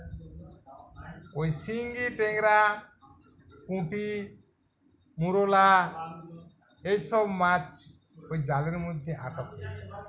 ওই শিঙ্গি ট্যাংরা পুঁটি মৌরলা এই সব মাছ ওই জালের মধ্যে আটক হয়ে যায়